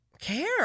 care